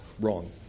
wrong